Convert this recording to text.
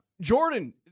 Jordan